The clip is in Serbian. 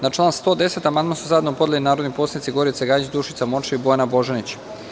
Na član 110. amandman su zajedno podnele narodni poslanici Gorica Gajić, Dušica Morčev i Bojana Božanić.